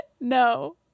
No